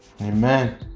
Amen